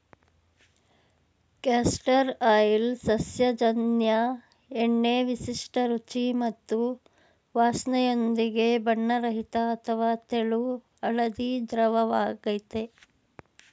castor oil ಸಸ್ಯಜನ್ಯ ಎಣ್ಣೆ ವಿಶಿಷ್ಟ ರುಚಿ ಮತ್ತು ವಾಸ್ನೆಯೊಂದಿಗೆ ಬಣ್ಣರಹಿತ ಅಥವಾ ತೆಳು ಹಳದಿ ದ್ರವವಾಗಯ್ತೆ